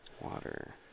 Water